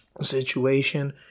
situation